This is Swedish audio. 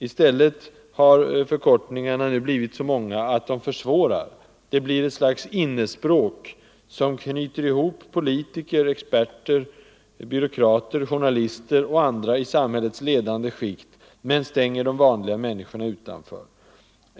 I stället har förkortningarna blivit så många att de försvårar. Det blir ett slags ”innespråk” som knyter ihop politiker, experter, byråkrater, 65 journalister och andra i samhällets ledande skikt, men stänger de vanliga människorna utanför.